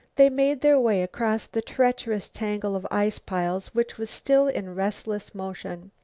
they made their way across the treacherous tangle of ice-piles which was still in restless motion.